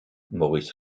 maurice